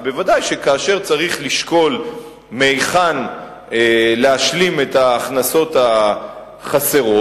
אז ודאי שכאשר צריך לשקול מהיכן להשלים את ההכנסות החסרות,